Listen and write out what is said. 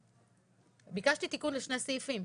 ביקשתי תיקון לשני סעיפים,